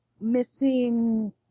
missing